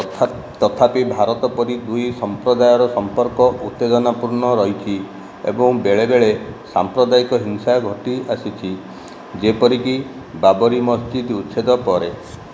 ତଥାପି ଭାରତ ପରି ଦୁଇ ସମ୍ପ୍ରଦାୟର ସମ୍ପର୍କ ଉତ୍ତେଜନାପୂର୍ଣ୍ଣ ରହିଛି ଏବଂ ବେଳେବେଳେ ସାମ୍ପ୍ରଦାୟିକ ହିଂସା ଘଟି ଆସିଛି ଯେପରିକି ବାବରୀ ମସଜିଦ୍ ଉଚ୍ଛେଦ ପରେ